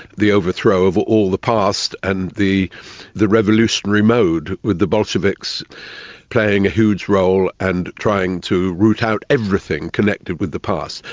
the overthrow of all the past, and the revolutionary revolutionary mode, with the bolsheviks playing a huge role and trying to root out everything connected with the past.